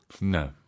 No